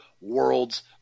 world's